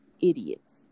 idiots